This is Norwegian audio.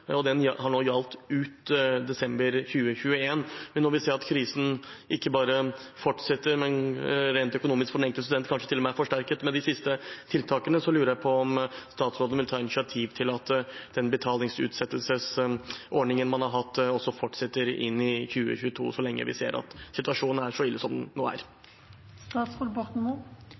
ut desember 2021. Når vi ser at krisen ikke bare fortsetter rent økonomisk for den enkelte student, men kanskje til og med forsterkes med de siste tiltakene, lurer jeg på om statsråden vil ta initiativ til at den betalingsutsettelsesordningen man har hatt, fortsetter inn i 2022 så lenge vi ser at situasjonen er så ille som den er nå.